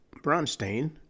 Bronstein